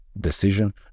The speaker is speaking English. decision